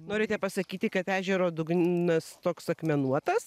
norite pasakyti kad ežero dugnas toks akmenuotas